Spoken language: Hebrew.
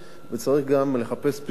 וצריך לחפש פתרונות